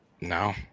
No